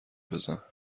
بزن